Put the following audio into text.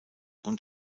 und